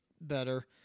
better